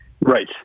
Right